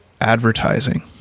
advertising